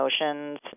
emotions